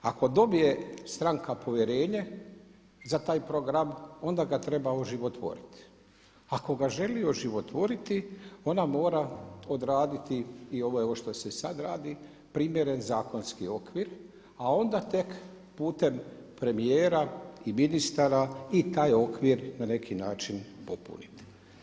Ako dobije stranka povjerenje za taj program onda ga treba oživotvoriti, ako ga želi oživotvoriti onda mora odraditi i ovo što se sad radi primjeren zakonski okvir a onda tek putem premijera i ministara i taj okvir na neki način popuniti.